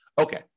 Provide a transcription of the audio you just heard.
Okay